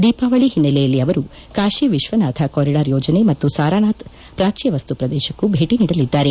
ದೀಪಾವಳಿ ಹಿನ್ನೆಲೆಯಲ್ಲಿ ಅವರು ಕಾಶಿ ವಿಶ್ವನಾಥ ಕಾರಿಡಾರ್ ಯೋಜನೆ ಮತ್ತು ಸಾರಾನಾಥ್ ಪ್ರಾಚ್ಯವಸ್ತು ಪ್ರದೇಶಕ್ಕೂ ಭೇಟಿ ನೀಡಲಿದ್ದಾರೆ